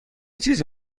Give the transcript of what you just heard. چیزی